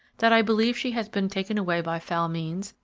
that i believe she has been taken away by foul means,